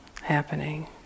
happening